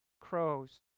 crows